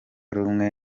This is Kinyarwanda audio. rumwe